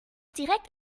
direkt